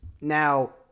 Now